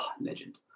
legend